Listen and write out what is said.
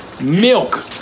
Milk